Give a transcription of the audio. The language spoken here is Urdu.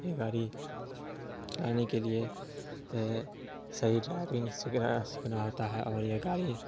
یہ گاڑی چلانے کے لیے صحیح ڈرائیونگ سیکھنا سیکھنا آتا ہے اور یہ گاڑی